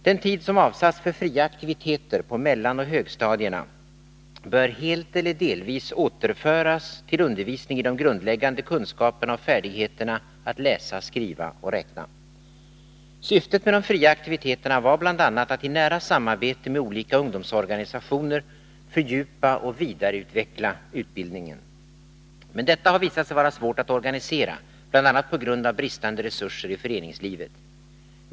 Den tid som avsatts för fria aktiviteter på mellanoch högstadierna bör helt eller delvis återföras till undervisning i de grundläggande kunskaperna och färdigheterna att läsa, skriva och räkna. Syftet med de fria aktiviteterna var bl.a. att i nära samarbete med olika ungdomsorganisationer fördjupa och vidareutveckla utbildningen. Men detta har visat sig vara svårt att organisera, bl.a. på grund av bristande resurser i föreningslivet.